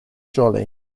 jolly